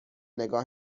نگاه